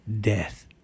death